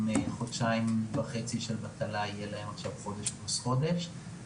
חודשיים וחצי של בטלה יהיה להם עכשיו חודש פלוס חודש.